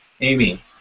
Amy